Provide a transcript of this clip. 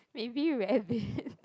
maybe rabbit